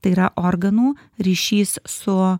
tai yra organų ryšys su